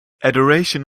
adoration